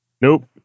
Nope